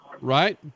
right